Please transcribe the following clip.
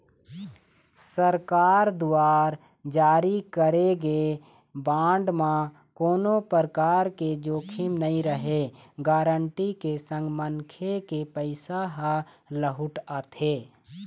सरकार दुवार जारी करे गे बांड म कोनो परकार के जोखिम नइ रहय गांरटी के संग मनखे के पइसा ह लहूट आथे